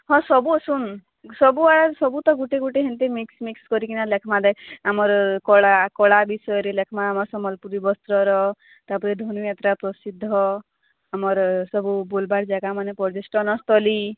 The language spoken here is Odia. ହଁ ସବୁ ସୁନ ସବୁ ଆଡ଼େ ସବୁ ତ ଗୁଟେ ଗୁଟେ ହେନମତି ମିକ୍ସ ମିକ୍ସ କରିକିନା ଲେଖମା ଦେଖ ଆମର କଳା କଳା ବିଷୟରେ ଲେଖମା ଆମର ସମ୍ବଲପୁରୀ ବସ୍ତ୍ରର ତା'ପରେ ଧନୁ ଯାତ୍ରା ପ୍ରସିଦ୍ଧ ଆମର ସବୁ ବୁଲବାର ଜାଗାମାନେ ପର୍ଯ୍ୟଷ୍ଟନ ସ୍ତଲୀ